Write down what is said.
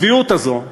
הצביעות הזאת,